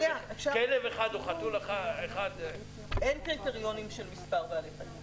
כלב אחד או חתול אחד --- אין קריטריונים של מספר בעלי חיים.